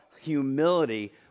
humility